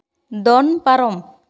ᱫᱚᱱ ᱯᱟᱨᱚᱢ